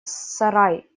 сарай